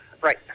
Right